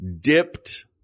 dipped